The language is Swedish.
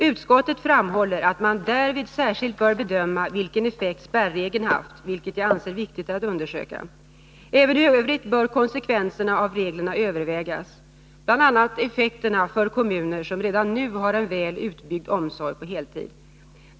Utskottet framhåller att man därvid särskilt bör bedöma vilken effekt spärregeln haft, vilket jag anser viktigt att undersöka. Även i övrigt bör konsekvenserna av reglerna övervägas, bl.a. effekterna för kommuner som redan nu har en väl utbyggd omsorg på heltid.